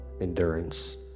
endurance